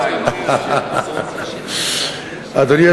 יש לי